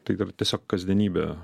tai dar tiesiog kasdienybė